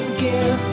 give